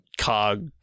Cog